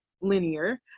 linear